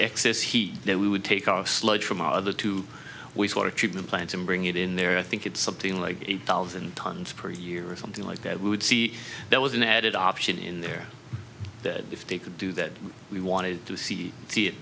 excess heat then we would take our sludge from our other two weeks water treatment plants and bring it in there i think it's something like eight thousand tonnes per year or something like that we would see there was an added option in there that if they could do that we wanted to see i